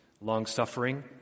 long-suffering